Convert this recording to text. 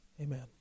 Amen